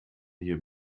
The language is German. hier